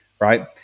right